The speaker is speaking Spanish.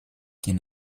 quien